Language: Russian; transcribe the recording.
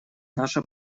наше